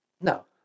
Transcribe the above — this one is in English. No